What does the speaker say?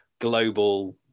global